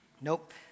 nope